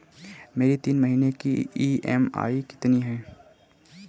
मेरी तीन महीने की ईएमआई कितनी है?